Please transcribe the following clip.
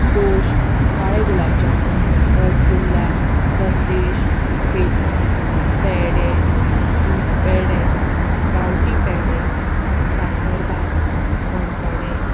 दोश काळे गुलाब जामून रसगुल्ला संदेश पेठा पेडे दूदपेडे गांवठी पेडे साखरभात मणगणें